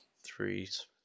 threes